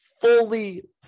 fully